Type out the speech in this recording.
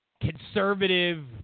conservative